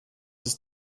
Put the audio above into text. ist